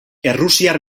errusiar